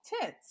tits